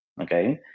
Okay